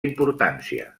importància